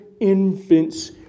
infants